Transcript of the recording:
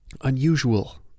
Unusual